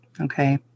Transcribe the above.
Okay